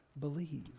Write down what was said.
believe